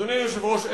אדוני היושב-ראש,